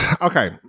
Okay